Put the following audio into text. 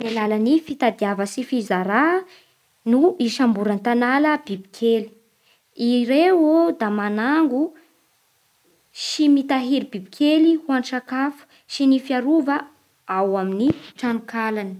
Amin'ny alalan'ny fitadiava sy fizarà no hisamboran'ny tanala biby kely. I ireô da manango sy mitahiry bibikely ho an'ny sakafo sy ny fiarova ao amin'ny tranonkalany.